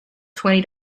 twenty